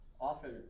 Often